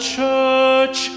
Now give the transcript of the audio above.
Church